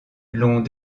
l’ont